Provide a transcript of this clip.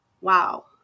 wow